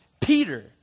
Peter